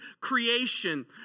creation